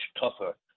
tougher